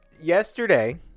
yesterday